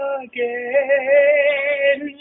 again